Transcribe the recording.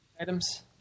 items